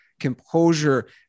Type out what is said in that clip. composure